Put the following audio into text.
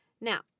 Now